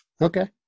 okay